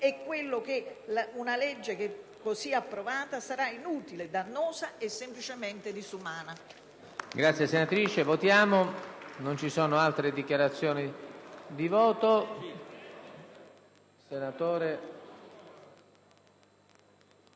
che la legge, così approvata, sarà inutile, dannosa e semplicemente disumana.